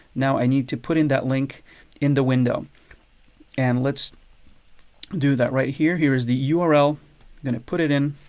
now i need to put in that link in the window and let's do that right here. here's the yeah url i'm going to put it in,